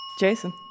Jason